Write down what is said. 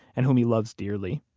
and whom he loves dearly